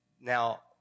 Now